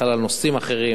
בכלל על נושאים אחרים,